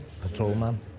patrolman